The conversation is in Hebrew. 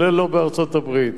כולל ארצות-הברית.